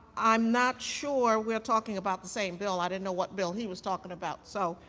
i'm not sure we're talking about the same bill. i didn't know what bill he was talking about. so,